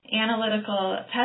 analytical